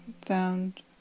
found